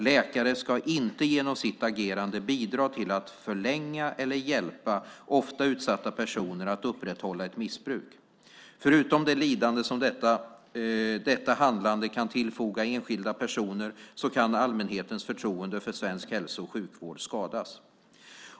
Läkare ska inte genom sitt agerande bidra till att förlänga, eller hjälpa ofta utsatta personer att upprätthålla, ett missbruk. Förutom det lidande som detta handlande kan tillfoga enskilda personer kan allmänhetens förtroende för svensk hälso och sjukvård skadas.